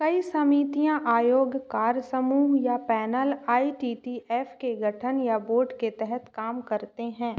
कई समितियाँ आयोग कार्यसमूह या panel I T T F के गठन या बोर्ड के तहत काम करते हैं